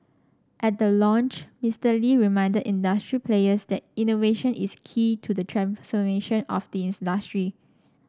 at the launch Mister Lee reminded industry players that innovation is key to the transformation of the industry